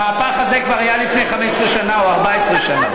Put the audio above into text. המהפך הזה כבר היה לפני 15 שנה, או 14 שנה.